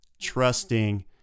trusting